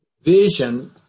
vision